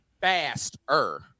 Faster